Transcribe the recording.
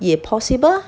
也 possible ah